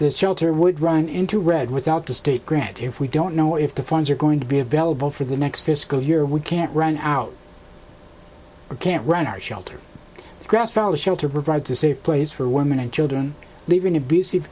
this shelter would run into red without the state grant if we don't know if the funds are going to be available for the next fiscal year we can't run out or can't run our shelter the grass valley shelter provides a safe place for women and children leaving abusive